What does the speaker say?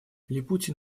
липутин